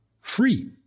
Free